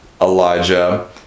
Elijah